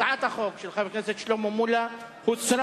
הצעת החוק של חבר הכנסת שלמה מולה הוסרה